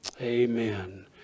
Amen